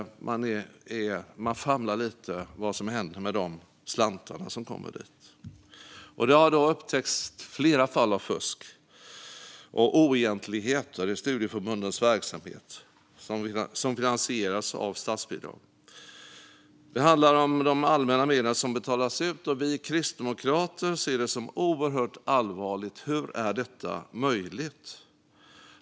Men man famlar lite när det gäller vad som händer med de slantar som kommer dit. Det har upptäckts flera fall av fusk och oegentligheter i studieförbundens verksamhet, som finansieras av statsbidrag. Det handlar om de allmänna medel som betalas ut. Vi kristdemokrater ser detta som oerhört allvarligt. Hur är detta möjligt?